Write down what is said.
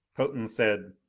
potan said,